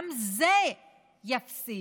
גם זה יפסיק,